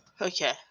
Okay